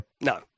no